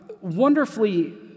wonderfully